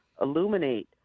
illuminate